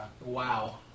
Wow